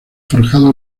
forjado